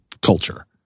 Culture